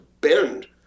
bend